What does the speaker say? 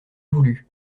voulu